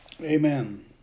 Amen